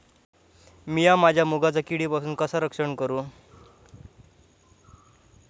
मीया माझ्या मुगाचा किडीपासून कसा रक्षण करू?